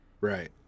Right